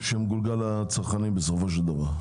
שמגולגל על הצרכנים בסופו של דבר?